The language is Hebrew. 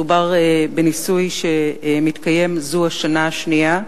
מדובר בניסוי שמתקיים זו השנה השנייה.